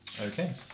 Okay